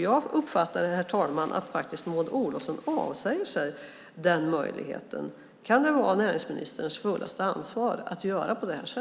Jag uppfattar, herr talman, att Maud Olofsson faktiskt avsäger sig den möjligheten. Kan det vara ansvarsfullt av näringsministern att göra så?